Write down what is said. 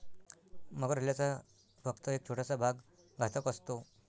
मगर हल्ल्याचा फक्त एक छोटासा भाग घातक असतो